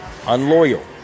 unloyal